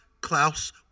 Klaus